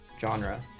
genre